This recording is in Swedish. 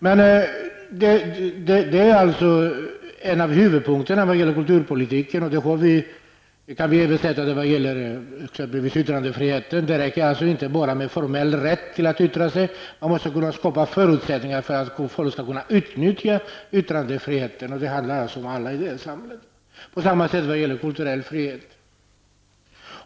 Detta är en av huvudpunkterna inom kulturpolitiken, och det gäller även exempelvis för yttrandefriheten. Det räcker alltså inte bara med formell rätt att yttra sig, man måste kunna skapa förutsättningar för att människor skall kunna utnyttja yttrandefriheten, och det gäller alla i detta samhälle. Det förhåller sig på samma sätt med kulturell frihet.